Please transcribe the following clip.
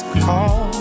call